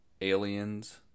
aliens